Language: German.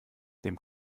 dem